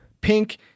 pink